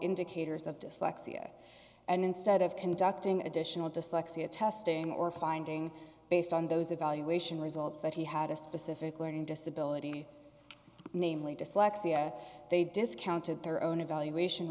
indicators of dyslexia and instead of conducting additional dyslexia testing or finding based on those evaluation results that he had a specific learning disability namely dyslexia they discounted their own evaluation